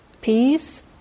peace